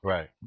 Right